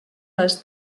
les